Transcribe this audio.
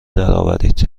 درآورید